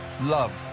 loved